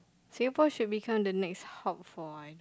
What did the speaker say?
Singapore should become the next hub for